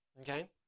Okay